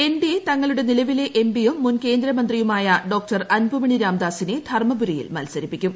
N D A തങ്ങളുടെ നിലവിലെ MP യും മുൻ കേന്ദ്ര മന്ത്രിയുമായ ഡോ അൻപുമണിരാംദാസിനെ ധർമ്മപുരിയിൽ മത്സരിപ്പിക്കും